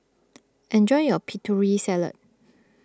enjoy your Putri Salad